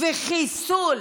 וחיסול